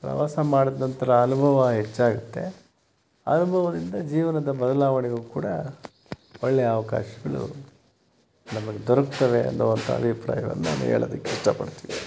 ಪ್ರವಾಸ ಮಾಡಿದ ನಂತರ ಅನಿಭವ ಹೆಚ್ಚಾಗುತ್ತೆ ಅನುಭವದಿಂದ ಜೀವನದ ಬದಲಾವಣೆಗೂ ಕೂಡ ಒಳ್ಳೆಯ ಅವಕಾಶಗಳು ನಮಗೆ ದೊರಕುತ್ತವೆ ಅನ್ನೋವಂಥ ಅಭಿಪ್ರಾಯವನ್ನು ನಾನು ಹೇಳೋದಿಕ್ಕೆ ಇಷ್ಟಪಡ್ತೀನಿ